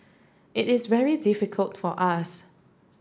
it is very difficult for us